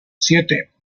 siete